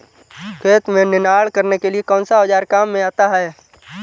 खेत में निनाण करने के लिए कौनसा औज़ार काम में आता है?